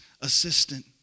assistant